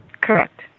Correct